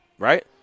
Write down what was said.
Right